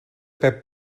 pep